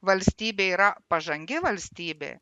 valstybė yra pažangi valstybė